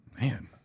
Man